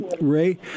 Ray